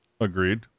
Agreed